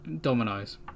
dominoes